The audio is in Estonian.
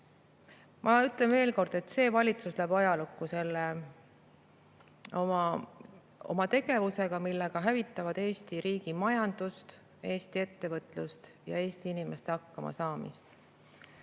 Ma ütlen veel kord, et see valitsus läheb ajalukku oma tegevusega, millega hävitatakse Eesti riigi majandust, Eesti ettevõtlust ja Eesti inimeste hakkamasaamist.